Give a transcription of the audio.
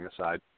aside